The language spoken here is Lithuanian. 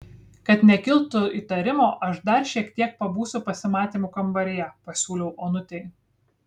kad nekiltų įtarimo aš dar šiek tiek pabūsiu pasimatymų kambaryje pasiūliau onutei